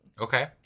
Okay